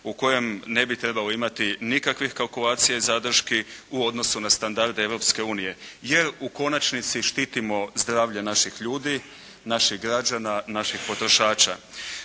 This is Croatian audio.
u kojem ne bi trebalo imati nikakvih kalkulacija i zadrški u odnosu na standard Europske unije, jer u konačnici štitimo zdravlje naših ljudi, naših građana, naših potrošača.